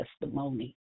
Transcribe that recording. testimony